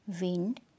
wind